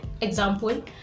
example